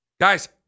guys